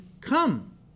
come